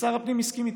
ושר הפנים הסכים איתנו.